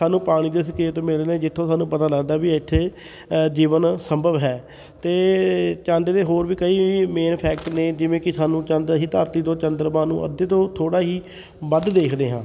ਸਾਨੂੰ ਪਾਣੀ ਦੇ ਸੰਕੇਤ ਮਿਲੇ ਨੇ ਜਿੱਥੋਂ ਸਾਨੂੰ ਪਤਾ ਲੱਗਦਾ ਵੀ ਇੱਥੇ ਜੀਵਨ ਸੰਭਵ ਹੈ ਅਤੇ ਚੰਦ ਦੇ ਹੋਰ ਵੀ ਕਈ ਮੇਨ ਫੈਕਟ ਨੇ ਜਿਵੇਂ ਕਿ ਸਾਨੂੰ ਚੰਦ ਹੀ ਧਰਤੀ ਤੋਂ ਚੰਦਰਮਾ ਨੂੰ ਅੱਧੇ ਤੋਂ ਥੋੜ੍ਹਾ ਹੀ ਵੱਧ ਦੇਖਦੇ ਹਾਂ